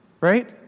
Right